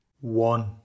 One